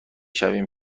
شویم